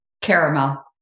Caramel